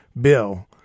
bill